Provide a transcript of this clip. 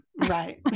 Right